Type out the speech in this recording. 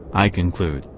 i conclude,